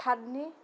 थारनि